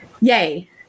Yay